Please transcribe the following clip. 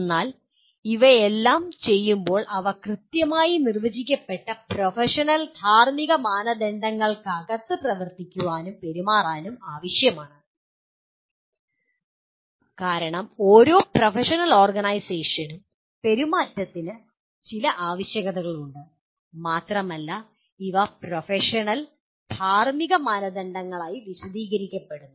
എന്നാൽ ഇവയെല്ലാം ചെയ്യുമ്പോൾ അവ കൃത്യമായി നിർവചിക്കപ്പെട്ട പ്രൊഫഷണൽ ധാർമ്മിക മാനദണ്ഡങ്ങൾക്കകത്ത് പ്രവർത്തിക്കാനും പെരുമാറാനും ആവശ്യമാണ് കാരണം ഓരോ പ്രൊഫഷണൽ ഓർഗനൈസേഷനും പെരുമാറ്റത്തിന് ചില ആവശ്യകതകളുണ്ട് മാത്രമല്ല ഇവ പ്രൊഫഷണൽ ധാർമ്മിക മാനദണ്ഡങ്ങളായി വിശദീകരിക്കപ്പെടുന്നു